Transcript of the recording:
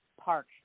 park